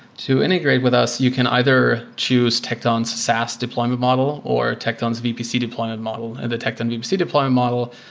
to integrate with us, you can either choose tecton's saas deployment model or tecton's vpc deployment model. the tecton vpc deploy model,